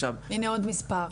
עכשיו --- הנה, עוד מספר.